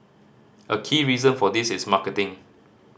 a key reason for this is marketing